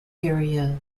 area